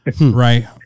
Right